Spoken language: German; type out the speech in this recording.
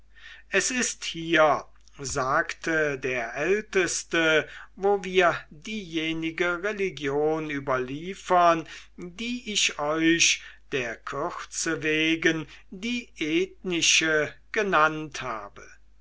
es ist hier sagte der älteste wo wir diejenige religion überliefern die ich euch der kürze wegen die ethnische genannt habe